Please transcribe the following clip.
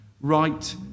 right